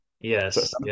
Yes